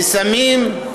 לסמים,